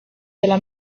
della